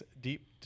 deep